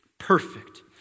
perfect